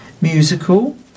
musical